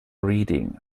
reading